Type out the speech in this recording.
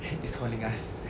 it's calling us